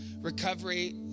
recovery